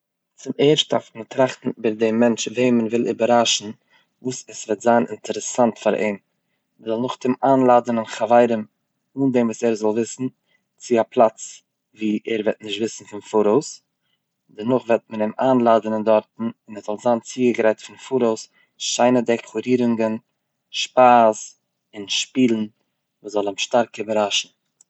צום ערשט דארף מען טראכטן איבער דעם מענטש וועם מ'וויל איבעראשן וואס עס וועט זיין אינטערעסאנט פאר אים, מ'זאל נאכדעם איינלאדענען חברים אנדעם וואס ער זאל וויסן צו א פלאץ ווי ער וועט נישט וויסן פון פאראויס, דערנאך וועט מען אים איינלאדענען דארטן און ס'זאל זיין צוגעגרייט פון פאראויס שיינע דעקארירונגען, שפייז און שפילן וואס זאל אים שטארק אייבערראשן.